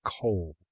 cold